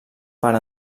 per